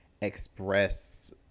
express